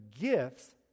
gifts